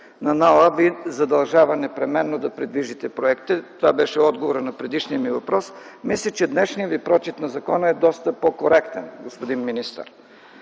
не Ви задължава непременно да придвижите проекта. Това беше отговорът на предишния ми въпрос. Мисля, че днешният Ви прочит на закона е доста по-коректен, господин министър.